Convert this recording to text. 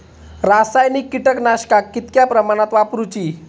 रासायनिक कीटकनाशका कितक्या प्रमाणात वापरूची?